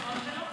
נכון, ולא.